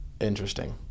Interesting